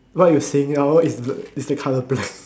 what you're seeing now is the is the colour black